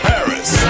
Paris